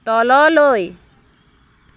তললৈ